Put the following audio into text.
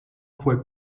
fue